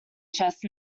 chests